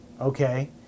Okay